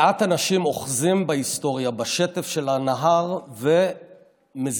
מעט אנשים אוחזים בהיסטוריה בשטף של הנהר ומזיזים,